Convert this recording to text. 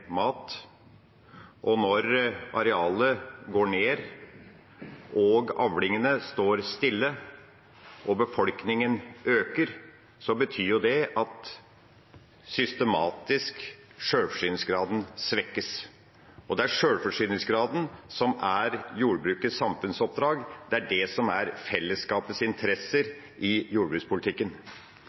mat. Og når arealet går ned, avlingene står stille og befolkningen øker, betyr det at sjølforsyningsgraden svekkes systematisk. Det er sjølforsyningsgraden som er jordbrukets samfunnsoppdrag, det er det som er fellesskapets interesser i jordbrukspolitikken.